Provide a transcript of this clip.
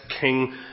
king